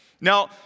Now